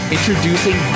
Introducing